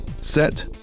set